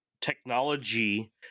technology